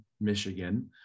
Michigan